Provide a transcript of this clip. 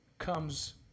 comes